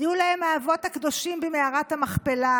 היו להם את האבות הקדושים במערת המכפלה.